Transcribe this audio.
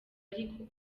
ariko